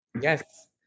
Yes